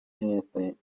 anything